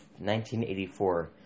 1984